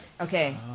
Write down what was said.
Okay